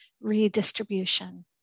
redistribution